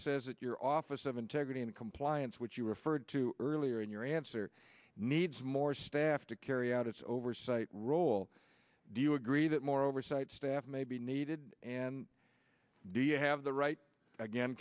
says that your office of integrity and compliance which you referred to earlier in your answer needs more staff to carry out its oversight role do you agree that more oversight staff may be needed and do you have the right again